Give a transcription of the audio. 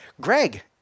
Greg